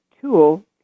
tool